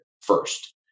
first